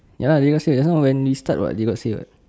ya they got say just now when we start [what] they got say [what]